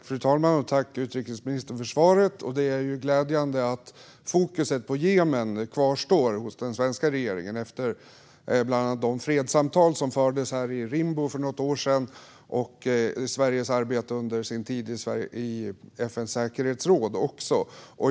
Fru talman! Tack, utrikesministern, för svaret! Det är glädjande att fokuset på Jemen kvarstår hos den svenska regeringen efter bland annat de fredssamtal som fördes i Rimbo för några år sedan och Sveriges arbete under sin tid i FN:s säkerhetsråd.